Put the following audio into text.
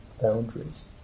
boundaries